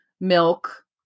milk